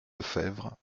lefebvre